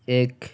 ଏକ